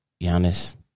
Giannis